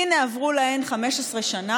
הינה, עברו להן 15 שנה,